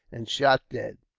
and shot dead.